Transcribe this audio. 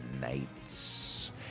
nights